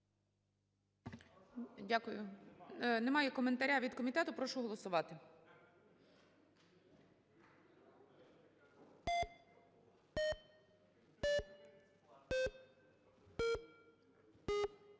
Дякую. Немає коментаря від комітету. Прошу голосувати.